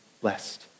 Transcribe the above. blessed